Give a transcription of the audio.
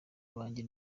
banjye